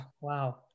wow